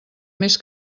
més